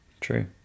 True